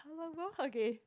okay